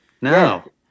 No